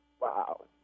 Wow